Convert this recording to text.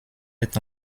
est